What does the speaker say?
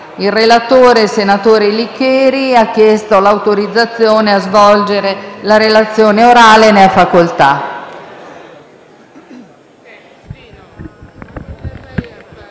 Il relatore, senatore Licheri, ha chiesto l'autorizzazione a svolgere la relazione orale. Non facendosi